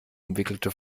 umwickelte